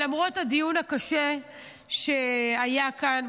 למרות הדיון הקשה שהיה כאן,